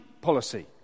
policy